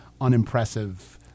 unimpressive